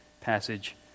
passage